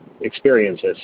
experiences